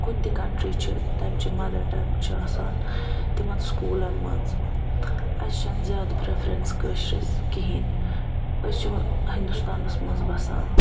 کُنہ تہِ کَنٹری چھِ تمہ چہِ مَدَر ٹَنٛگ چھ آسان تِمَن سُکولَن مَنٛز اَسہِ چھَ نہٕ زیادٕ پریٚفرَنس کٲشرِس کِہیٖنۍ أسۍ چھِ وۄنۍ ہِندُستانَس مَنٛز بَسان